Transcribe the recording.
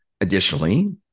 Additionally